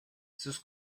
sus